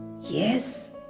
Yes